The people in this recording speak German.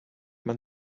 man